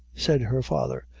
said her father,